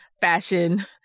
fashion